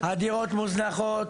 הדירות מוזנחות,